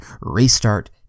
restart